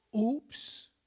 Oops